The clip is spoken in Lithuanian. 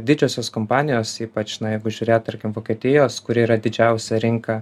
didžiosios kompanijos ypač na jeigu žiūrėt tarkim vokietijos kuri yra didžiausia rinka